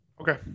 okay